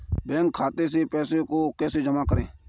Bank खाते से पैसे को कैसे जमा करें?